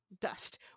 dust